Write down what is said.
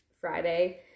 Friday